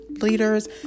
leaders